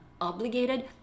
obligated